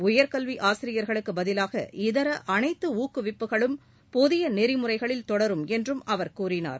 உயர்கல்வி ஆசிரியர்களுக்கு பதிவாக இதர அனைத்து ஊக்குவிப்புகளும் புதிய நெறிமுறைகளில் தொடரும் என்றும் அவர் கூறினார்